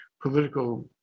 political